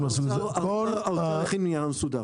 מהסוג הזה --- נעביר לכם נייר מסודר.